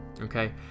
okay